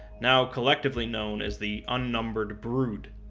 now collectively known as the unnumbered brood.